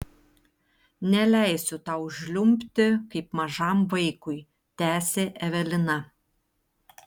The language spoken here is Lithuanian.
neleisiu tau žliumbti kaip mažam vaikui tęsė evelina